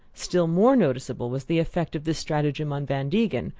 still more noticeable was the effect of this stratagem on van degen,